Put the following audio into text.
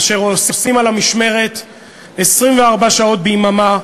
אשר עושים על המשמרת 24 שעות ביממה,